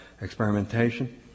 experimentation